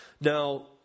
Now